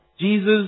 Jesus